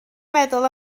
meddwl